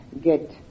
get